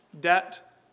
debt